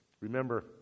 Remember